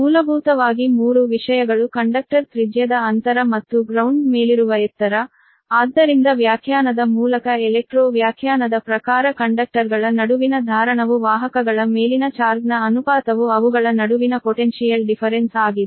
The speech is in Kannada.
ಮೂಲಭೂತವಾಗಿ 3 ವಿಷಯಗಳು ಕಂಡಕ್ಟರ್ ತ್ರಿಜ್ಯದ ಅಂತರ ಮತ್ತು ಗ್ರೌಂಡ್ ಮೇಲಿರುವ ಎತ್ತರ ಆದ್ದರಿಂದ ವ್ಯಾಖ್ಯಾನದ ಮೂಲಕ ಎಲೆಕ್ಟ್ರೋ ವ್ಯಾಖ್ಯಾನದ ಪ್ರಕಾರ ಕಂಡಕ್ಟರ್ಗಳ ನಡುವಿನ ಧಾರಣವು ವಾಹಕಗಳ ಮೇಲಿನ ಚಾರ್ಜ್ನ ಅನುಪಾತವು ಅವುಗಳ ನಡುವಿನ ಪೊಟೆನ್ಶಿಯಲ್ ಡಿಫರೆನ್ಸ್ ಆಗಿದೆ